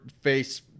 face